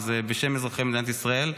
אז בשם אזרחי מדינת ישראל,